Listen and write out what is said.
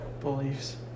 beliefs